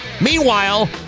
Meanwhile